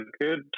good